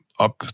up